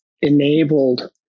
enabled